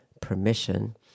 permission